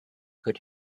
could